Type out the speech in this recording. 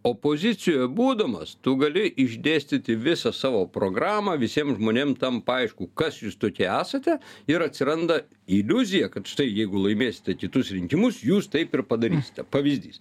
opozicijoje būdamas tu gali išdėstyti visą savo programą visiem žmonėm tampa aišku kas jūs tokie esate ir atsiranda iliuzija kad štai jeigu laimėsite kitus rinkimus jūs taip ir padarysite pavyzdys